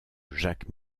jacques